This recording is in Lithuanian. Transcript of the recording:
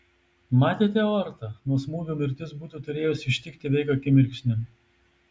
matėte aortą nuo smūgio mirtis būtų turėjusi ištikti veik akimirksniu